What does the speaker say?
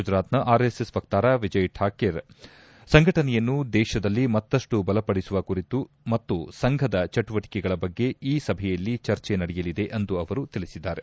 ಗುಜರಾತ್ನ ಆರ್ಎಸ್ಎಸ್ ವಕ್ತಾರ ವಿಜಯ್ ಠಾಕೆರ್ ಸಂಘಟನೆಯನ್ನು ದೇಶದಲ್ಲಿ ಮತ್ತಪ್ಪು ಬಲಪಡಿಸುವ ಕುರಿತು ಮತ್ತು ಸಂಘದ ಚಟುವಟಕೆಗಳ ಬಗ್ಗೆ ಈ ಸಭೆಯಲ್ಲಿ ಚರ್ಚೆ ನಡೆಯಲಿದೆ ಎಂದು ಅವರು ತಿಳಿಸಿದರು